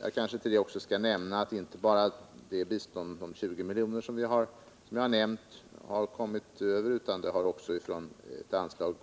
Jag kanske också skall nämna att det inte bara är det bistånd om 20 milj.kr. som jag nu nämnt som har gått till Vietnam, utan det har också via SIDA avsatts ett anslag